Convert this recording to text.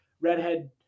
redhead